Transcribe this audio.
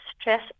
stress